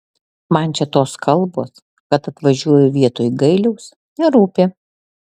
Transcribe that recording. man čia tos kalbos kad atvažiuoju vietoj gailiaus nerūpi